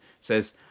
says